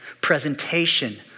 presentation